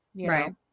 Right